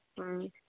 ꯎꯝ